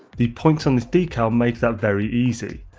the points on this decal make that very easy.